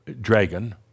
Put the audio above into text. Dragon